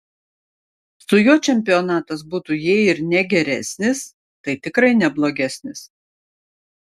su juo čempionatas būtų jei ir ne geresnis tai tikrai ne blogesnis